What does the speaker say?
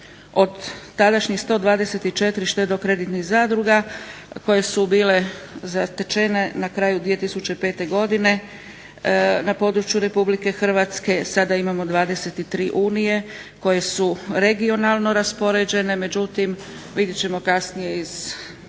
od tadašnjih 124 štedno-kreditnih zadruga koje su bile zatečene na kraju 2005. godine na području Republike Hrvatske sada imamo 23 unije koje su regionalno raspoređene, međutim vidjet ćemo kasnije iz